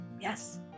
Yes